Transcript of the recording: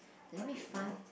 a bit more